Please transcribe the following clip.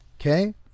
Okay